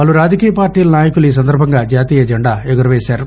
పలు రాజకీయ పార్టీల నాయకులు ఈ సందర్బంగా జాతీయ జెండాను ఎగురవేశారు